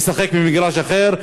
לשחק במגרש אחר,